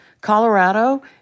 Colorado